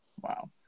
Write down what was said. Wow